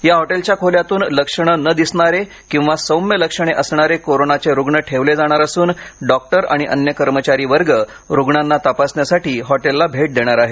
या हॉटेलच्या खोल्यातून लक्षणं न दिसणारे किंवा सौम्य लक्षणे असणारे कोरोनाचे रुग्ण ठेवले जाणार असून डॉक्टर आणि अन्य कर्मचारी वर्ग रुग्णांना तपासण्यासाठी हॉटेलला भेट देणार आहेत